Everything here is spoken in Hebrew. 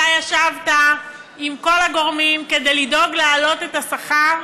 אתה ישבת עם כל הגורמים כדי לדאוג להעלות את השכר,